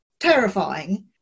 terrifying